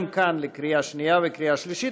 גם כאן לקריאה שנייה ולקריאה שלישית.